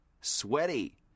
sweaty